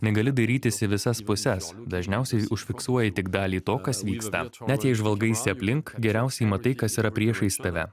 negali dairytis į visas puses dažniausiai užfiksuoji tik dalį to kas vyksta net jei žvalgaisi aplink geriausiai matai kas yra priešais tave